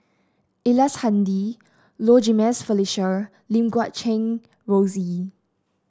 Ellice Handy Low Jimenez Felicia Lim Guat Kheng Rosie